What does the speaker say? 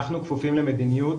אנחנו כפופים למדיניות,